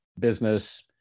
business